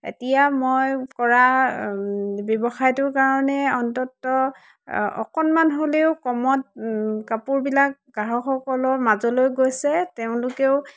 এতিয়া মই কৰা ব্যৱসায়টোৰ কাৰণে অন্ততঃ অকণমান হ'লেও কমত কাপোৰবিলাক গ্ৰাহকসকলৰ মাজলৈ গৈছে তেওঁলোকেও